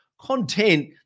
content